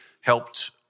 helped